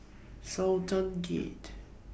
Sultan Gate